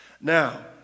Now